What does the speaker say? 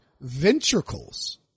ventricles